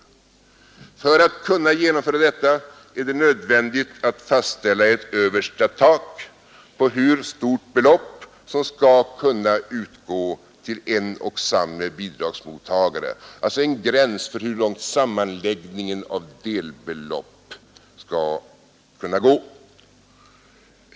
För att kunna genomföra detta är det nödvändigt att fastställa ett tak för hur stort belopp som skall kunna utgå till en och samma bidragsmottagare, alltså en gräns för hur långt sammanläggningen av delbelopp skall kunna gå.